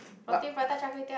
what